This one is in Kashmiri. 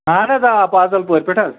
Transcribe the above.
اَہن حظ آ پازَل پورِ پٮ۪ٹھ حظ